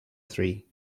three